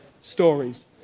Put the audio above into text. stories